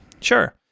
Sure